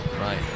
Right